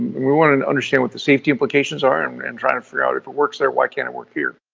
we want and to understand what the safety implications are and and trying to figure out, if it works there, why can't it work here?